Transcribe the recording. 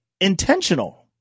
intentional